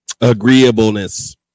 Agreeableness